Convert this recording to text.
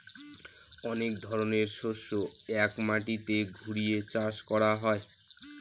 অনেক ধরনের শস্য এক মাটিতে ঘুরিয়ে চাষ করা হয়